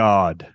God